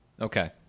Okay